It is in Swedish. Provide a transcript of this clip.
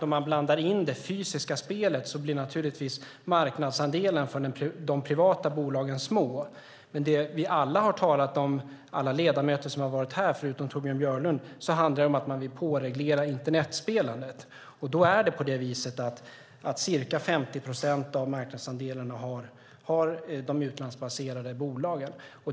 Om man blandar in det fysiska spelet blir naturligtvis marknadsandelen för de privata bolagen liten, men det som alla ledamöter här, utom Torbjörn Björlund, talat om har handlat om att man vill påreglera internetspelandet. Faktum är att de utlandsbaserade bolagen har ca 50 procent av marknadsandelarna.